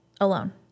Alone